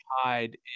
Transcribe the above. hide